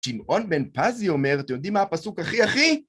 שמעון בן פזי אומר, אתם יודעים מה הפסוק הכי הכי?